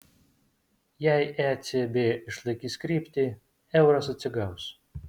jei ecb išlaikys kryptį euras atsigaus